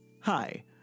Hi